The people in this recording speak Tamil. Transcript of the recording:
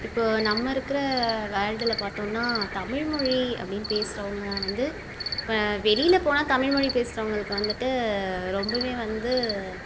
இப்போ நம்ம இருக்கிற வேர்ல்டுல பார்த்தோன்னா தமிழ்மொழி அப்படின்னு பேசுறவங்க வந்து இப்போ வெளியில போனால் தமிழ்மொழி பேசுறவங்களுக்கு வந்துவிட்டு ரொம்பவே வந்து